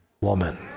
woman